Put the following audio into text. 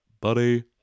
Buddy